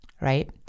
right